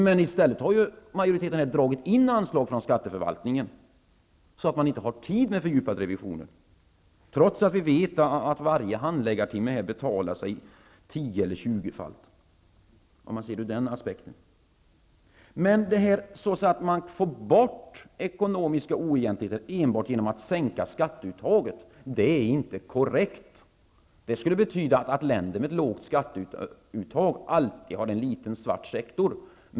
Men i stället har majoriteten dragit in på anslagen till skatteförvaltningen så att det inte har funnits möjlighet att göra fördjupade revisioner. Trots det vet vi att varje handläggartimme betalar sig 10--20 gånger om. Det är inte korrekt att ekonomiska oegentligheter undanröjs enbart med hjälp av att sänka skatteuttaget. Det skulle betyda att länder med ett lågt skatteuttag alltid har en liten svart sektor.